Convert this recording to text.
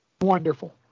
Wonderful